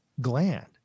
gland